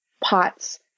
pots